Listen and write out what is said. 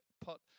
pot